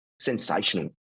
Sensational